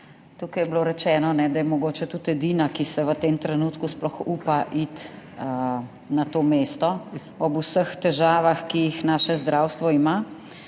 Tukaj je bilo rečeno, da je mogoče tudi edina, ki se v tem trenutku sploh upa iti na to mesto ob vseh težavah, ki jih naše zdravstvo ima.